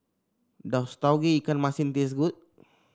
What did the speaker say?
does Tauge Ikan Masin taste good